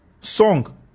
Song